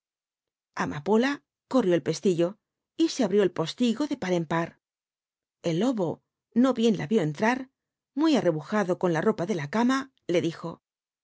amapola corrió el pe lillu y c ahricí el po ligo tk i ui en par el loijo no bien la vio entrar muy arrebujado con la ropa de la cama le dijo